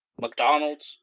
mcdonald's